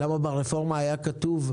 ברפורמה היה כתוב: